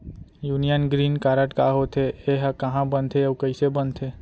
Union green card का होथे, एहा कहाँ बनथे अऊ कइसे बनथे?